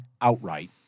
outright